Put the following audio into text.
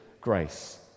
grace